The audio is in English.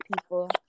people